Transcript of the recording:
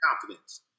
confidence